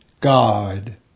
God